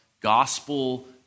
gospel